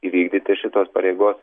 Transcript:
įvykdyti šitos pareigos